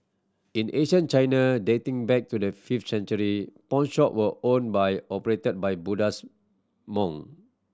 in ancient China dating back to the fifth century pawnshop were owned by operated by Buddhist monk